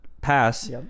pass